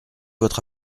votre